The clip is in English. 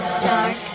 Dark